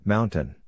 Mountain